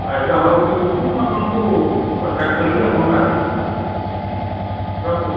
ଆଚ୍ଛା ହଉ ଠିକ୍ ଅଛି ମୁଁ ଆପଣଙ୍କୁ କଣ୍ଟାକ୍ଟ କରିକି ଆପଣଙ୍କୁ ଆଡ଼ଭାନ୍ସ କରୁଛି ରଖୁଛି